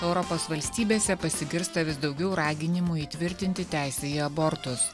europos valstybėse pasigirsta vis daugiau raginimų įtvirtinti teisę į abortus